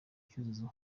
cyuzuzo